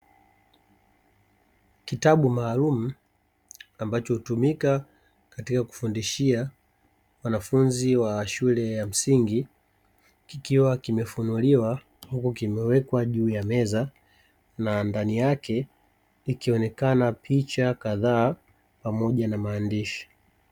Kitabu maalumu ambacho hutumika katika kufundishia wanafunzi wa shule ya msingi, kikiwa kimefunuliwa huku kimewekwa juu ya meza na ndani yake ikionekana picha kadhaa pamoja na maandishi.